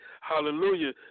Hallelujah